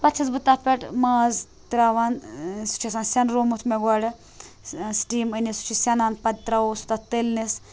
پَتہٕ چھس بہٕ تَتھ پٮ۪ٹھ ماز تراوان سُہ چھُ آسان سٮ۪نرومُت مےٚ گۄڈٕ سِتیٖم أنِتھ سُہ چھِ سٮ۪نان پَتہٕ تراوو سُہ تَتھ تٔلنِس